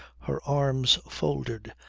her arms folded,